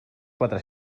quatre